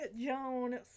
Joan